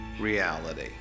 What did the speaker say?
reality